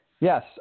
Yes